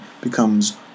becomes